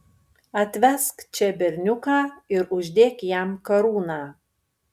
atvesk čia berniuką ir uždėk jam karūną